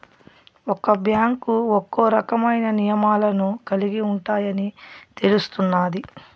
ఒక్క బ్యాంకు ఒక్కో రకమైన నియమాలను కలిగి ఉంటాయని తెలుస్తున్నాది